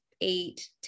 eight